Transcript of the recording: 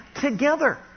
together